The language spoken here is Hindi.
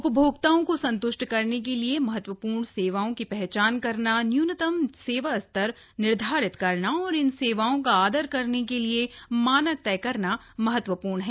उपभोक्ताओं को संत्ष्ट करने के लिए महत्वपूर्ण सेवाओं की पहचान करना न्यूनतम सेवा स्तर निर्धारित करना और इन सेवाओं का आदर करने के लिए मानक तय करना महत्वपूर्ण है